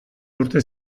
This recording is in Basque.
urte